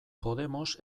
podemos